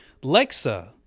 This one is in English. Lexa